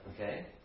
Okay